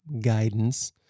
guidance